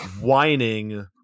whining